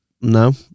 No